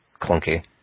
clunky